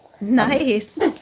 Nice